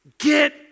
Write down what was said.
Get